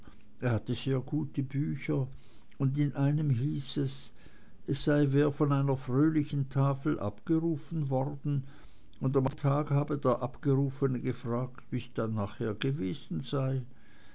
er hatte sehr viele bücher und in einem hieß es es sei wer von einer fröhlichen tafel abgerufen worden und am anderen tag habe der abgerufene gefragt wie's denn nachher gewesen sei